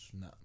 no